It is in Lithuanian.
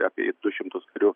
apie du šimtus karių